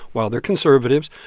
while they're conservatives,